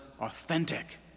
authentic